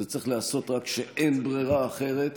וזה צריך להיעשות רק כשאין ברירה אחרת,